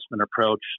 approach